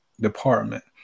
department